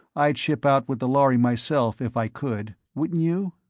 i'd ship out with the lhari myself if i could. wouldn't you?